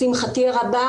לשמחתנו הרבה,